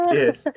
yes